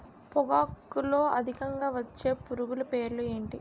పొగాకులో అధికంగా వచ్చే పురుగుల పేర్లు ఏంటి